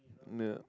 yeah